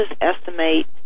estimate